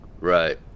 Right